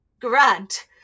Grant